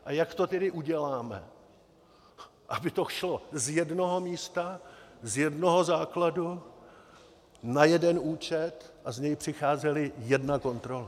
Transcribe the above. A jak to tedy uděláme, aby to šlo z jednoho místa, z jednoho základu, na jeden účet a z něj přicházela jedna kontrola.